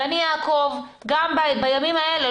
ואני אעקוב גם בימים האלה,